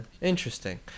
Interesting